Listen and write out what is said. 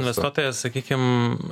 investuotojas sakykim